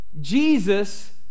Jesus